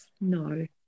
No